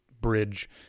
bridge